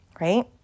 right